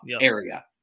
area